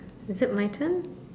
is it my turn